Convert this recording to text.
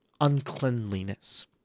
uncleanliness